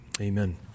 Amen